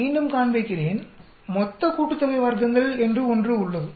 மீண்டும் காண்பிக்கிறேன் மொத்த கூட்டுத்தொகை வர்க்கங்கள் என்று ஒன்று உள்ளது